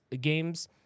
games